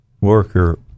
worker